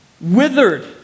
withered